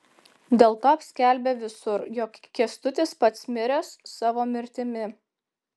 dėlto apskelbė visur jog kęstutis pats miręs savo mirtimi